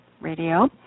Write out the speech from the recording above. Radio